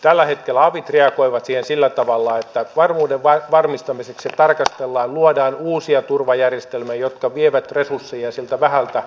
tällä hetkellä avit reagoivat siihen sillä tavalla että varmuuden varmistamiseksi tarkastellaan luodaan uusia turvajärjestelmiä jotka vievät resursseja siltä varalta